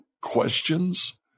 questions